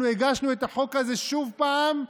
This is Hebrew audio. אנחנו הגשנו את החוק הזה שוב פעם,